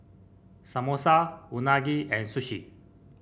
Samosa Unagi and Sushi